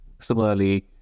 Similarly